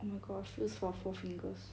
oh my god feels for four fingers